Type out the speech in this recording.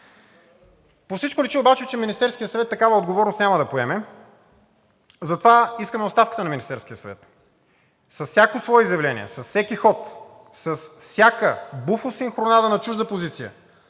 По всичко личи обаче, че Министерският съвет такава отговорност няма да поеме. Затова искаме оставката на Министерския съвет. С всяко свое изявление, с всеки ход, с всяка буфосинхронада на чужда позиция,